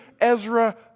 Ezra